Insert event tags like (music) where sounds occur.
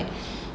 (breath)